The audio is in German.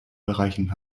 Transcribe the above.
bereichen